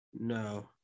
No